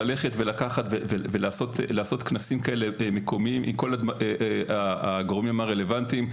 ללכת ולקחת ולעשות כנסים כאלה מקומיים עם כל הגורמים הרלוונטיים.